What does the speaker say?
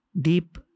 deep